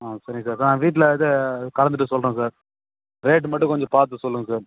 ஆ சரி சார் நான் வீட்டில இது கலந்துட்டு சொல்கிறேன் சார் ரேட்டு மட்டும் கொஞ்சம் பார்த்து சொல்லுங்கள் சார்